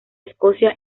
escocia